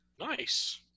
Nice